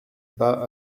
bas